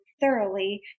thoroughly